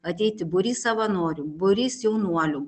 ateiti būrys savanorių būrys jaunuolių